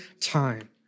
time